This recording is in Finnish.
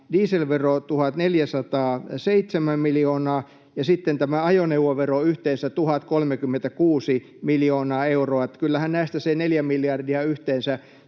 dieselveron 1 407 miljoonaa ja sitten tämän ajoneuvoveron yhteensä 1 036 miljoonaa euroa. Kyllähän näistä yhteensä